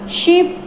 ship